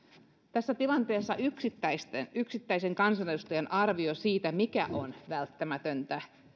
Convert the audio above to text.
tässä tilanteessa yksittäisen kansanedustajan arvio siitä mikä on välttämätöntä